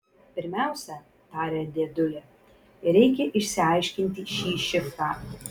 pirmiausia tarė dėdulė reikia išsiaiškinti šį šifrą